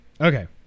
Okay